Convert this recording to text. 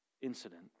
incident